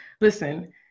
listen